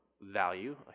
value